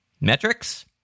Metrics